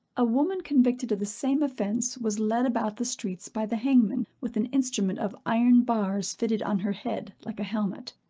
a woman convicted of the same offence was led about the streets by the hangman, with an instrument of iron bars fitted on her head, like a helmet.